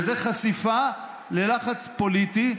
וזו חשיפה ללחץ פוליטי,